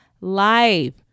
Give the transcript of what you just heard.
life